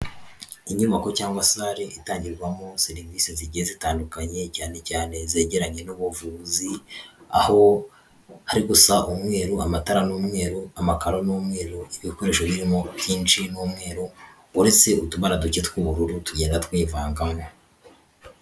Inyubako cyangwa sare itangirwamo serivisi zigiye zitandukanye cyane cyane zegeranye n'ubuvuzi, aho hari gusa umweru, amatara ni umweru, amakaro ni umweru, ibikoresho birimo byinshi ni umweru, uretse utubara duke tw'ubururu tugenda twivangamo.